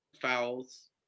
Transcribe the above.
fouls